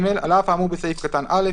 על אף האמור בסעיף קטן (א),